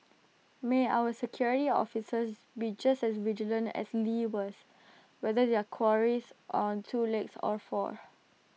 may our security officers be just as vigilant as lee was whether their quarries on two legs or four